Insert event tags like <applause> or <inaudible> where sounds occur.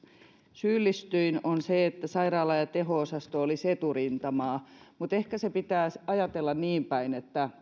syyllistyin että sairaala ja teho osasto olisivat eturintamaa mutta ehkä se pitäisi ajatella niin päin että <unintelligible>